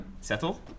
settle